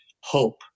hope